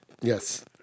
yes